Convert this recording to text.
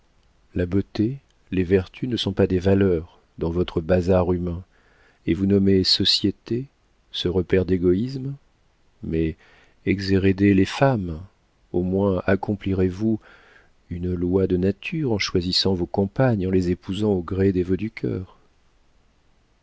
la beauté les vertus ne sont pas des valeurs dans votre bazar humain et vous nommez société ce repaire d'égoïsme mais exhérédez les femmes au moins accomplirez vous ainsi une loi de nature en choisissant vos compagnes en les épousant au gré des vœux du cœur